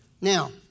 Now